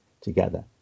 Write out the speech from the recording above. together